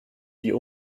die